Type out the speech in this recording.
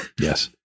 yes